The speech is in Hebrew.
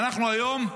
והיום אנחנו,